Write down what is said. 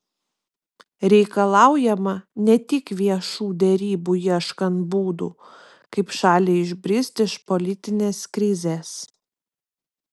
reikalaujama ne tik viešų derybų ieškant būdų kaip šaliai išbristi iš politinės krizės